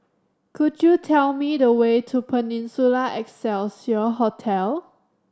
could you tell me the way to Peninsula Excelsior Hotel